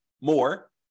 more